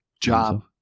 job